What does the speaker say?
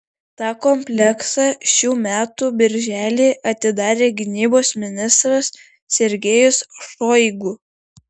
tą kompleksą šių metų birželį atidarė gynybos ministras sergejus šoigu